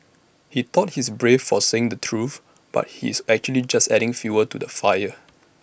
he thought he's brave for saying the truth but he's actually just adding fuel to the fire